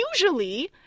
usually